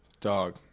Dog